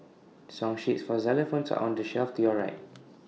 song sheets for xylophones are on the shelf to your right